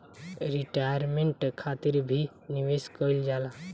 retirement खातिर भी निवेश कईल जाला